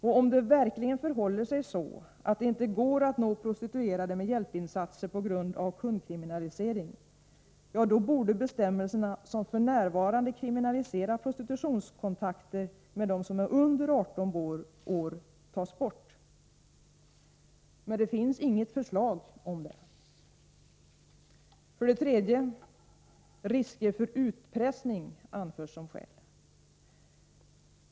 Och om det verkligen förhåller sig så att det inte går att nå prostituerade med hjälpinsatser på grund av kundkriminalisering borde bestämmelserna, som f.n. kriminaliserar prostitutionskontakter med dem som är under 18 år, tas bort. Men det finns inget förslag om det. 3. Risker för utpressning anförs som skäl.